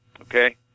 okay